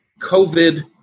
COVID